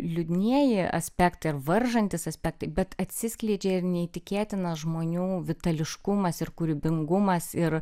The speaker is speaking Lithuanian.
liūdnieji aspektai ar varžantys aspektai bet atsiskleidžia ir neįtikėtinas žmonių vitališkumas ir kūrybingumas ir